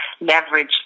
leverage